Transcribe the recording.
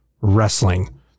wrestling